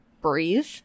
breathe